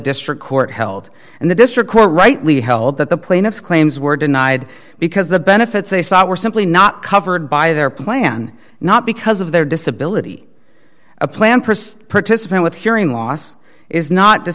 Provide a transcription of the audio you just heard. district court held and the district court rightly held that the plaintiff's claims were denied because the benefits they sought were simply not covered by their plan not because of their disability plan persist participant with hearing loss is not to